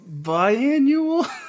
biannual